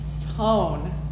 tone